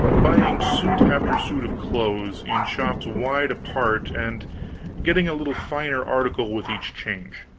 buying suit after suit of clothes, in shops wide apart, and getting a little finer article with each change,